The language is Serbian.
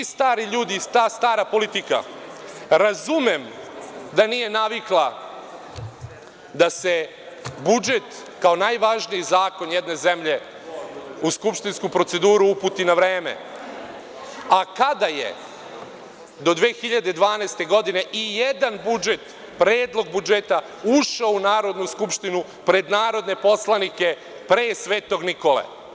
Ti stari ljudi i ta stara politika, razumem da nije navikla da se budžet, kao najvažniji zakon jedne zemlje u skupštinsku proceduru uputi na vreme, a kada je do 2012. godine, i jedan budžet, predlog budžeta ušao u Narodnu skupštinu, pred narodne poslanike pre Svetog Nikole.